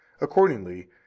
Accordingly